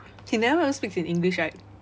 he never speaks in english right